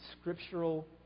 scriptural